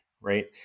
right